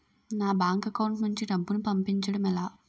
నా bank account నుంచి డబ్బును పంపించడం ఎలా?